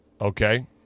Okay